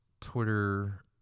Twitter